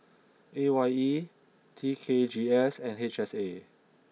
A Y E T K G S and H S A